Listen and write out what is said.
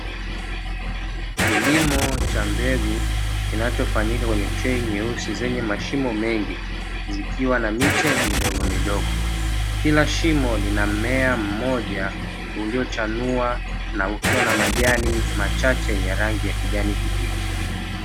Kilimo cha mbegu kinachofanyika kwenye trei nyeusi zenye mashimo mengi, zikiwa na miche midogomidogo. Kila shimo lina mmea mmoja uliochanua na ukiwa na majani machache yenye rangi ya kijani kibichi.